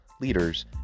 leaders